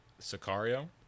Sicario